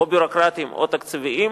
או ביורוקרטיים או תקציביים,